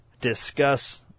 discuss